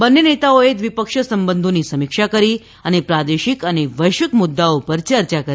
બંન્ને નેતાઓએ દ્વિપક્ષીય સંબંધોની સમીક્ષા કરી અને પ્રાદેશિક અને વૈશ્વિક મુદ્દાઓ પર ચર્ચા કરી